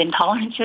intolerances